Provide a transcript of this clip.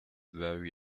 vary